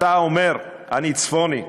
אתה אומר "אני צפוני",